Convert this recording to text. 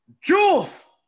Jules